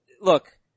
look